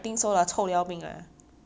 lick 完了才去跳我的床